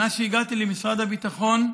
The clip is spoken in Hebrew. מאז הגעתי למשרד הביטחון,